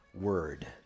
word